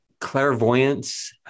clairvoyance